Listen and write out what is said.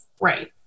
Right